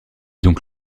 donc